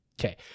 Okay